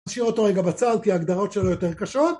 נשאיר אותו רגע בצד כי ההגדרות שלו יותר קשות